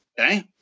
Okay